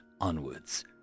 onwards